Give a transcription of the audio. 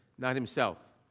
not himself.